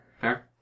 Fair